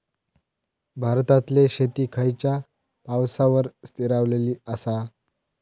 भारतातले शेती खयच्या पावसावर स्थिरावलेली आसा?